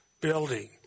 building